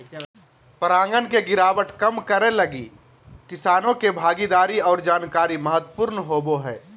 परागण के गिरावट कम करैय लगी किसानों के भागीदारी और जानकारी महत्वपूर्ण होबो हइ